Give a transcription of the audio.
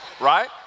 right